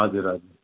हजुर हजुर